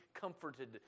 comforted